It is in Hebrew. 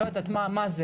אני לא יודעת מה זה,